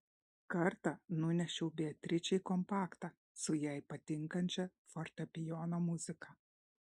kartą nunešiau beatričei kompaktą su jai patinkančia fortepijono muzika